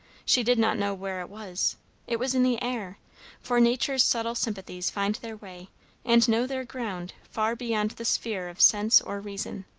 she did not know where it was it was in the air for nature's subtle sympathies find their way and know their ground far beyond the sphere of sense or reason.